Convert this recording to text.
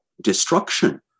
destruction